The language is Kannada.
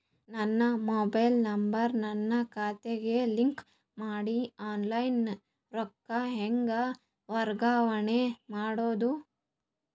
ನನ್ನ ಮೊಬೈಲ್ ನಂಬರ್ ನನ್ನ ಖಾತೆಗೆ ಲಿಂಕ್ ಮಾಡಿ ಆನ್ಲೈನ್ ರೊಕ್ಕ ಹೆಂಗ ವರ್ಗಾವಣೆ ಮಾಡೋದು?